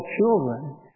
children